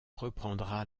reprendra